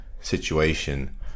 situation